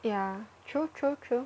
ya true true true